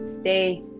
stay